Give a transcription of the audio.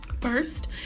first